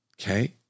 Okay